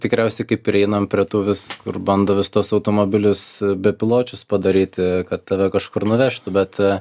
tikriausiai kai prieinam prie tų vis kur bando vis tuos automobilius bepiločius padaryti kad tave kažkur nuvežtų bet